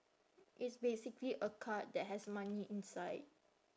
it's basically a card that has money inside